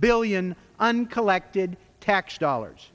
billion uncollected tax dollars